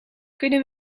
kunnen